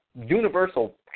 universal